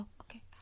Okay